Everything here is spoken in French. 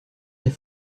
est